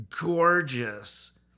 gorgeous